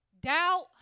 doubt